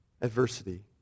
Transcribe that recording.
adversity